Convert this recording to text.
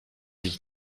ich